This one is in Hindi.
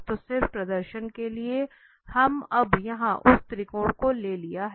तो सिर्फ प्रदर्शन के लिए हम अब यहाँ उस त्रिकोण को ले लिया है